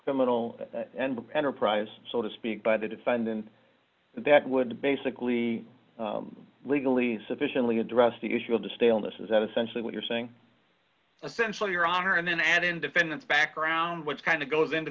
criminal enterprise so to speak by the defendant that would basically legally sufficiently address the issue of the staleness is that essentially what you're saying essentially your honor and then add in defendant's background which kind of goes into